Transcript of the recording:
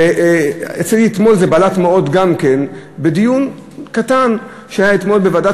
אתמול זה בלט מאוד גם כן בדיון קטן שהיה בוועדת